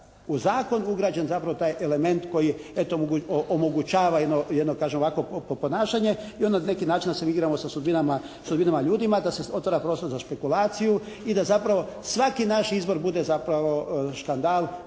u zakon ugrađen zapravo taj element koji eto omogućava jedno kažem ovakvo ponašanje i onda na neki način da se mi igramo sa sudbinama, ljudima, da se otvara prostor za špekulaciju i da zapravo svaki naš izbor bude zapravo škandal